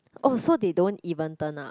oh so they don't even turn up